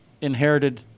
inherited